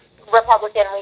Republican